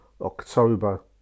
October